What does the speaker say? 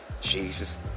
Jesus